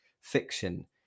fiction